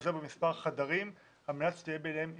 להתפזר במספר חדרים על מנת שתהיה ביניהם אינטראקציה.